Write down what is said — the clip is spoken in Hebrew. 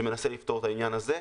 שמנסה לפתור את העניין הזה.